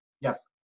Yes